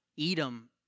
Edom